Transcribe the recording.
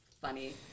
Funny